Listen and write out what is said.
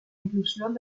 inclusión